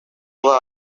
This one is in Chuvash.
хула